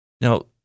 Now